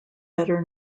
better